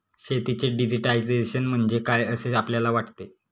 शेतीचे डिजिटायझेशन म्हणजे काय असे आपल्याला वाटते?